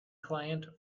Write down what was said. client